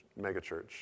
megachurch